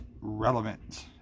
relevant